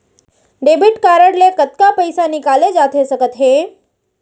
Debit card ले कतका पइसा निकाले जाथे सकत हे?